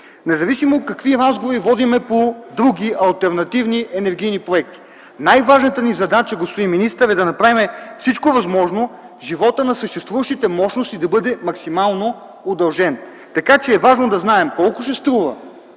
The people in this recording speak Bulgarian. Независимо какви разговори водим по други алтернативни енергийни проекти, най-важната ни задача, господин министър, е да направим всичко възможно животът на съществуващите мощности да бъде максимално удължен. Така че е важно да знаем колко ще струва